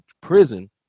prison